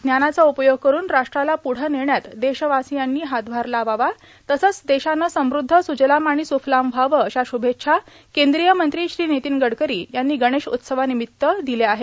ज्ञानाचा उपयोग करून राष्ट्राला पुढं नेण्यात देशवासियांनी हातभार लावावा तसंच देशानं समृद्ध सुजलाम आणि सुफलाम व्हावं अश शुभेच्छा केंद्रीय मंत्री श्री नितीन गडकरी यांनी गणेश उत्सवानिमित्त दिल्या आहेत